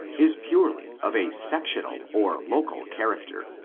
is purely of a sectional or local character,